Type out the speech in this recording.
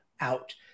out